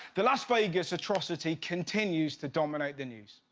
the las vegas atrocity continues to dominate the news.